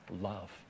love